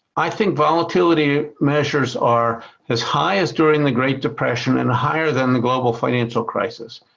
i think volatility measures are as high as during the great depression and higher than the global financial crisis.